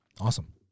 Awesome